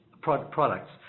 products